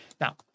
Now